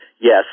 yes